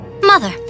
Mother